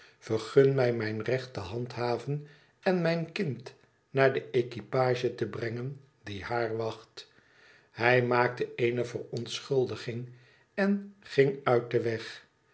vergun mij mijn recht te handhaven en mijn kind naar de equipage te brengen die haar wacht hij maakte eene verontschuldiging en gmg uit den weg